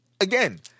Again